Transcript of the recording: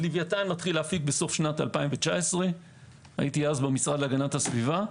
לוויתן מתחיל להפיק בסוף 2019. הייתי אז במשרד להגנת הסביבה.